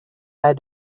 had